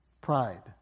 Pride